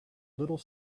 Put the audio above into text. little